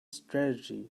strategy